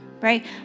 right